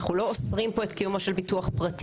אנחנו לא אוסרים פה את קיומו של ביטוח פרטי.